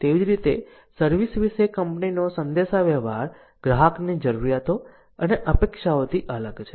તેવી જ રીતે સર્વિસ વિશે કંપનીનો સંદેશાવ્યવહાર ગ્રાહકની જરૂરિયાતો અને અપેક્ષાઓથી અલગ છે